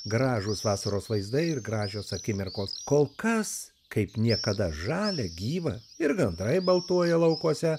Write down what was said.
gražūs vasaros vaizdai ir gražios akimirkos kol kas kaip niekada žalia gyva ir gandrai baltuoja laukuose